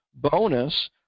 bonus